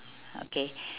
okay